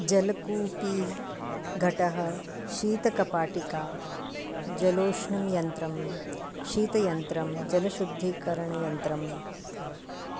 जलकूपी घटः शीतकपाटिका जलोष्णं यन्त्रं शीतयन्त्रं जलशुद्धीकरणयन्त्रम्